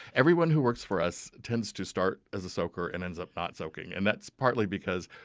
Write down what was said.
everyone who works for us tends to start as a soaker and ends up not soaking, and that's partly because,